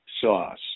sauce